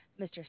Mr